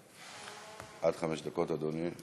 עד חמש דקות, אדוני.